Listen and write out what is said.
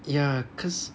ya cause